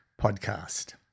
podcast